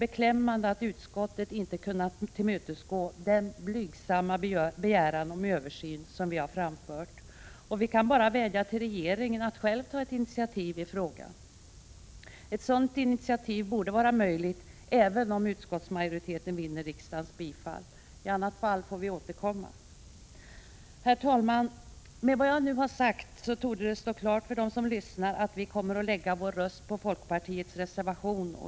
1986/87:46 utskottet inte kunnat tillmötesgå den blygsamma begäran om översyn som vi 10 december 1986 framfört. Vi kan bara vädja till regeringen att själv ta ett initiativifrågn. Ett ZH sådant initiativ borde vara möjligt även om utskottsmajoritetens förslag vinner riksdagens bifall. I annat fall får vi återkomma. Herr talman! Med vad jag nu har sagt torde det stå klart för den som lyssnar att vi kommer att lägga vår röst på folkpartiets reservation.